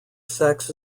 sex